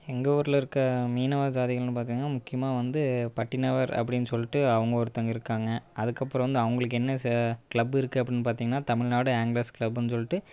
எங்கள் ஊரில் இருக்க மீனவ ஜாதிகள்னு பார்த்திங்கனா முக்கியமாக வந்து பட்டினவர் அப்படின்னு சொல்லிட்டு அவங்க ஒருத்தங்க இருக்காங்க அதுக்கப்புறம் வந்து அவங்களுக்கு என்ன க்ளப்பு இருக்குது அப்படின்னு பார்த்திங்கனா தமிழ்நாடு ஆங்கிலஸ் கிளப்புன்னு சொல்லிட்டு